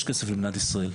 יש כסף למדינת ישראל.